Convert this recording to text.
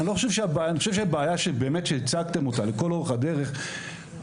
אני חושב שהבעיה שהצגתם אותה לכל אורך הדרך נובעת